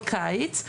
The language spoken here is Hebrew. בקיץ,